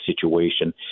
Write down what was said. situation